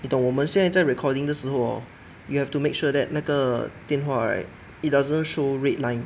你懂我们现在在 recording 的时候 hor you have to make sure that 那个电话 right it doesn't show red line